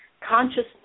consciousness